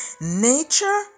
Nature